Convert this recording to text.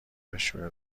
بشوره